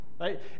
right